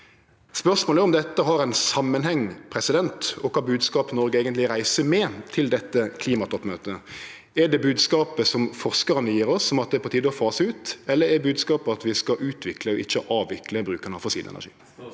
Spørsmålet er om det er ein samanheng i dette, og kva bodskap Noreg eigentleg reiser med til dette klimatoppmøtet. Er det bodskapen som forskarane gjev oss, om at det er på tide å fase ut, eller er bodskapen at vi skal utvikle og ikkje avvikle bruken av fossil energi?